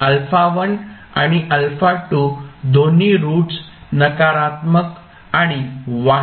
σ1 आणि σ2 दोन्ही रूट्स नकारात्मक आणि वास्तविक आहेत